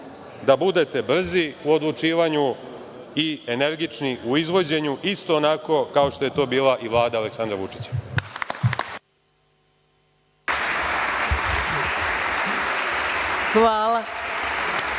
da budete brzi u odlučivanju i energični u izvođenju, isto onako kao što je to bila i Vlada Aleksandra Vučića. **Maja